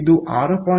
ಇದು 6